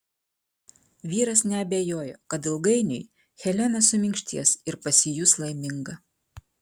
vyras neabejojo kad ilgainiui helena suminkštės ir pasijus laiminga